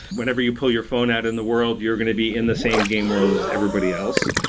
whenever you pull your phone out in the world, you're going to be in the same game world as everybody else.